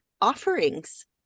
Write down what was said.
offerings